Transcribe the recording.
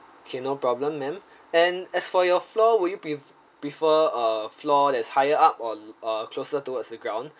okay no problem ma'am and as for your floor would you pref~ prefer uh floor that's higher up or uh closer towards the ground